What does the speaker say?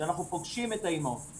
שאנחנו פוגשים את האימהות.